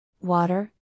water